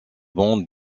bande